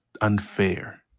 unfair